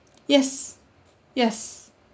yes yes